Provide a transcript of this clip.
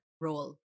role